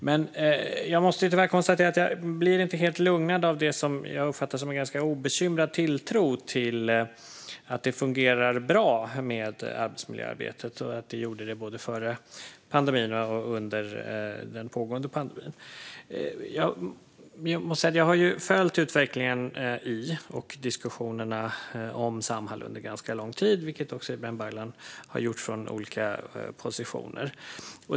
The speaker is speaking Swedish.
Men jag måste tyvärr konstatera att jag inte blir helt lugnad av det som jag uppfattar som en ganska obekymrad tilltro till att arbetsmiljöarbetet fungerar bra - att det gjorde det före pandemin och att det gör det under pågående pandemi. Jag måste säga att jag har följt utvecklingen i och diskussionerna om Samhall under en ganska lång tid, vilket också Ibrahim Baylan har gjort från olika positioner.